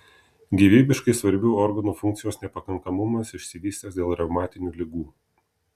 gyvybiškai svarbių organų funkcijos nepakankamumas išsivystęs dėl reumatinių ligų